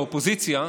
האופוזיציה,